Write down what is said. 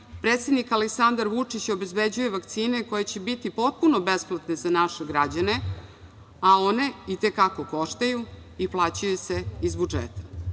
predsednik Aleksandar Vučić obezbeđuje vakcine koje će biti potpuno besplatne za naše građane, a one i te kako koštaju i plaćaju se iz budžeta.U